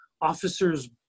officers